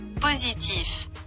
Positif